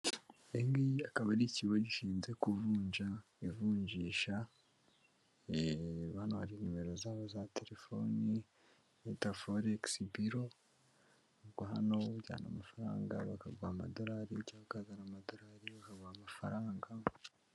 Iyi ngiyi akaba ari ikigo gishinzwe kuvunja ivunjisha, hano hari nimero zabo za telefoni bita foregisi biro, ubwo hano ujyana amafaranga bakaguraha amadolari, cyangwa ukazana amadolari bakaguha amafaranga.